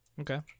Okay